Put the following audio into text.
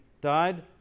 died